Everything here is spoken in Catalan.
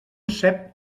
cep